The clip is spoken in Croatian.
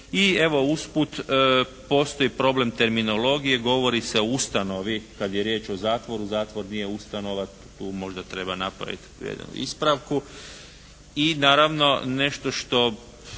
I evo, usput postoji problem terminologije. Govori se o ustanovi kad je riječ o zatvoru. Zatvor nije ustanova, tu možda treba napraviti jednu ispravku. I naravno nešto što